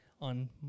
on